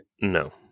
No